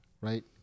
right